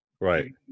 Right